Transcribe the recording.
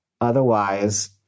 Otherwise